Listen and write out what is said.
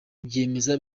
byemeza